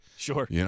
Sure